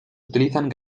utilizan